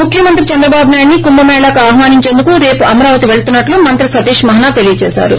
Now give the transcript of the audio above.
ముఖ్యమంత్రి చంద్రబాబునాయుడిని కుంభ మేళాకు ఆహ్వానించేందుకు రేపు అమరావతి వెళుతున్నట్లు మంత్రి సతీష్ మహన తెలిపారు